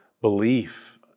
belief